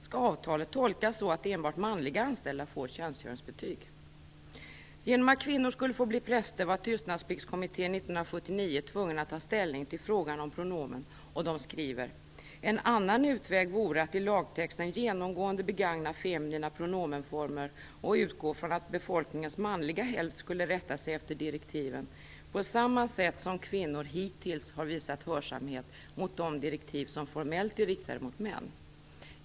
Skall avtalet tolkas så att enbart manliga anställda får tjänstgöringsbetyg? Genom att kvinnor skulle få bli präster var Tystnadspliktskommittén 1979 tvungen att ta ställning till frågan om pronomen, och den skriver: "En annan utväg vore att i lagtexten genomgående begagna feminina pronomenformer och utgå från att befolkningens manliga hälft skulle rätta sig efter direktiven, på samma sätt som kvinnor hittills har visat hörsamhet mot de direktiv som formellt är riktade mot män.